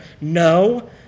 No